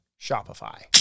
Shopify